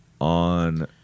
on